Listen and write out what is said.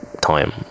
time